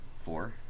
four